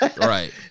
Right